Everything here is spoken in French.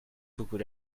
beaucoup